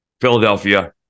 Philadelphia